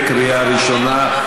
לקריאה ראשונה.